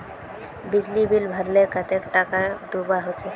बिजली बिल भरले कतेक टाका दूबा होचे?